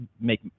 make